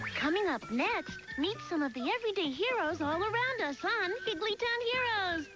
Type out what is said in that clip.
coming up next, meet some of the everyday heroes all around us on higglytown heroes!